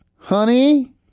Honey